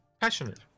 passionate